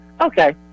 Okay